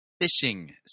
Fishing